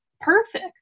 perfect